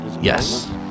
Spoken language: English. Yes